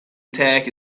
attack